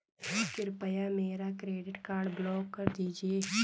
कृपया मेरा credit card block कर दीजिए